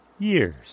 Years